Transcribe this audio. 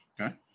Okay